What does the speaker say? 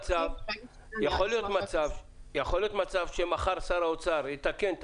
יכול להיות מצב שמחר שר האוצר יתקן את